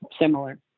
similar